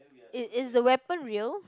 is is the weapon real